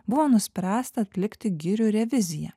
buvo nuspręsta atlikti girių reviziją